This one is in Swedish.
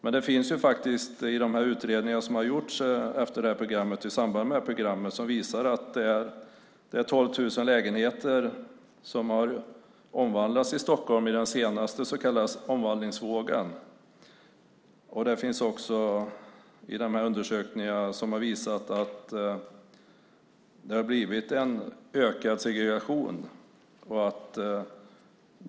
Men de utredningar som har gjorts i samband med det här programmet visar att det är 12 000 lägenheter som har omvandlats i Stockholm i den senaste så kallade omvandlingsvågen. Undersökningarna visar också att det har blivit en ökad segregation.